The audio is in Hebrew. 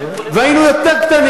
והיינו קטנים יותר,